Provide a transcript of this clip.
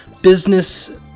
business